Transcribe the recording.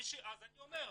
אז אני אומר,